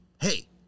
Hey